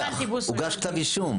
הוגש כתב אישום.